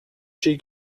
she